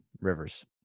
Rivers